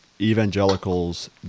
evangelicals